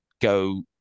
go